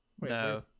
No